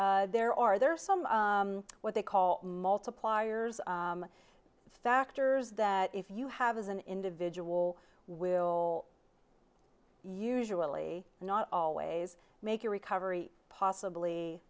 there are there are some what they call multipliers factors that if you have as an individual will usually not always make your recovery possibly